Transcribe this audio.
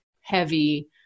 heavy